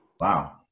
Wow